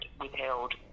withheld